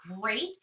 great